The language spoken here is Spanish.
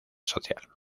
social